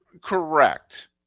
Correct